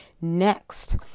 next